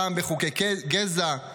פעם בחוקי גזע,